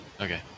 Okay